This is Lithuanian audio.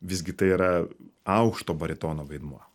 visgi tai yra aukšto baritono vaidmuo